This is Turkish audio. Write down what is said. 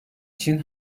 için